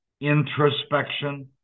introspection